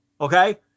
Okay